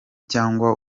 cyangwa